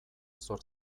zor